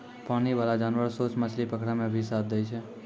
पानी बाला जानवर सोस मछली पकड़ै मे भी साथ दै छै